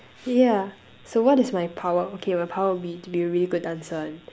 yeah so what is my power okay my power will be to be a really good dancer and